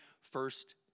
first